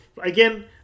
Again